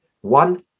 one